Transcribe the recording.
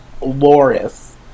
Loris